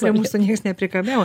prie mūsų nieks nepriekabiavo